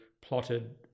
plotted